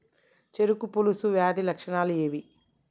చెరుకు పొలుసు వ్యాధి లక్షణాలు ఏవి?